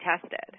tested